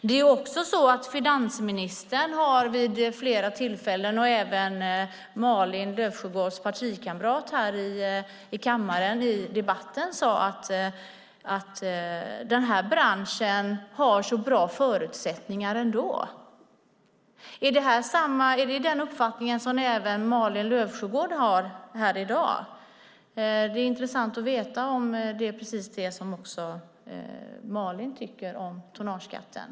Det är också så att finansministern vid flera tillfällen har sagt - och även Malin Löfsjögårds partikamrat här i kammaren sade det i debatten - att den här branschen har så bra förutsättningar ändå. Är det den uppfattning som även Malin Löfsjögård har i dag? Det är intressant att veta om det är precis det som också Malin tycker om tonnageskatten.